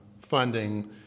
funding